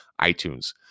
iTunes